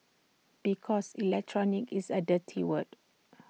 because electronic is A dirty word